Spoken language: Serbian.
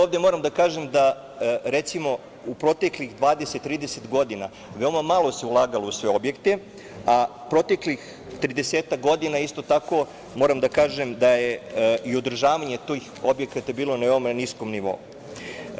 Ovde moram da kažem da, recimo, u proteklih 20, 30 godina veoma malo se ulagalo u sve objekte, a u proteklih tridesetak godina isto tako, moram da kažem, da je i održavanje tih objekata bilo na veoma niskom nivou.